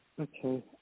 Okay